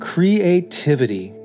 Creativity